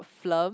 film